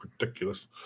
ridiculous